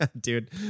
dude